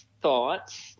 thoughts